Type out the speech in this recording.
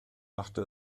machte